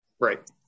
Right